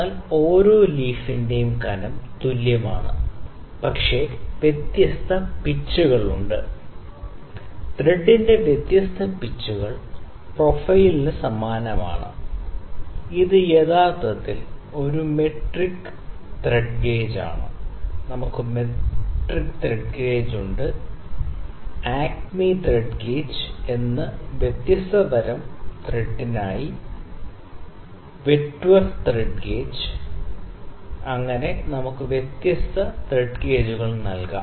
എന്നാൽ ഓരോ ലീഫിന്റെയും കനം തുല്യമാണ് പക്ഷേ വ്യത്യസ്ത പിച്ചുകൾ ഉണ്ട് ത്രെഡിന്റെ വ്യത്യസ്ത പിച്ചുകൾ പ്രൊഫൈൽ സമാനമാണ് ഇത് യഥാർത്ഥത്തിൽ ഒരു മെട്രിക് ആണ് ഇത് മെട്രിക് ത്രെഡ് ഗേജ് നമുക്ക് metric thread gauge acme thread gauge എന്നിട്ട് വ്യത്യസ്ത തരം ത്രെഡിനായി വൈറ്റ്വർത്ത് ത്രെഡ് ഗേജ് നമുക്ക് വ്യത്യസ്ത ത്രെഡ് ഗേജുകൾ നൽകാം